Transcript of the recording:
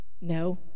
no